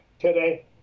today